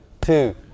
two